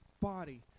body